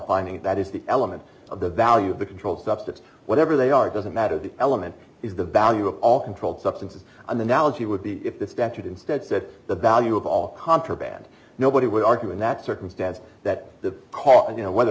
finding that is the element of the value of the controlled substance whatever they are it doesn't matter the element is the value of all controlled substances on the nalgene would be if the statute instead said the value of all contraband nobody would argue in that circumstance that the car you know whether